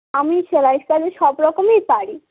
আমি সেলাইয়ের কাজে সব রকমই পারি